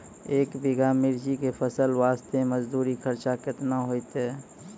एक बीघा मिर्ची के फसल वास्ते मजदूरी खर्चा केतना होइते?